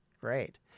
Great